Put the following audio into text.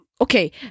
okay